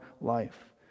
life